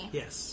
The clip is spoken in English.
yes